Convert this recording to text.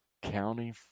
County